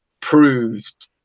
proved